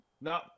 No